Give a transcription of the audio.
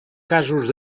casos